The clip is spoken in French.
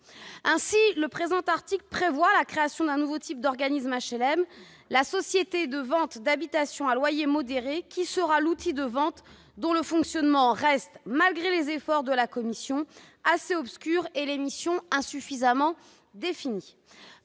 Ainsi, le présent article prévoit la création d'un nouveau type d'organisme d'HLM : la société de vente d'habitations à loyer modéré. Le fonctionnement de ce futur outil de vente reste, malgré les efforts de la commission, assez obscur et ses missions insuffisamment définies.